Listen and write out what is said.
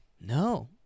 No